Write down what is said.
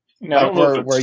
No